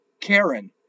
Karen